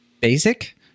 basic